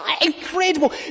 incredible